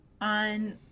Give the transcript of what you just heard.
on